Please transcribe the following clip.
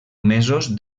mesos